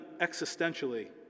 existentially